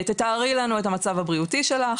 תתארי לנו את המצב הבריאותי שלך?